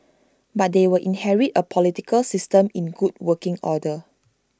but they will inherit A political system in good working order